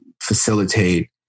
facilitate